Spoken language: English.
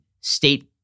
state